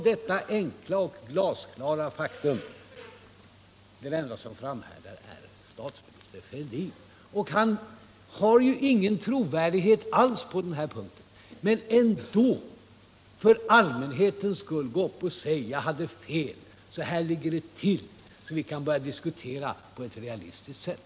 Men ändå framhärdar herr Thorbjörn Fälldin att han har ingen trovärdighet alls på denna punkt. Men ändå — för allmänhetens skull — gå ut och tala om att ni hade fel och säg hur det ligger till, så att vi kan börja diskutera på ett realistiskt sätt!